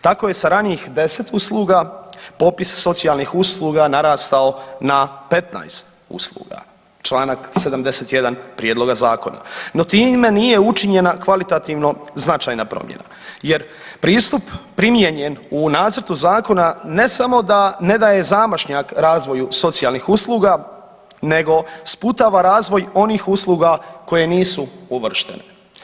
Tako je sa ranijih 10 usluga popis socijalnih usluga narastao na 15 usluga, čl. 71 prijedloga Zakona, no time nije učinjena kvalitativno značajna promjena jer pristup primijenjen u nacrtu Zakona ne samo da ne daje zamašnjak razvoju socijalnih usluga nego sputava razvoj onih usluga koje nisu uvrštene.